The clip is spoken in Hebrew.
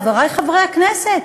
חברי חברי הכנסת?